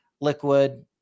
liquid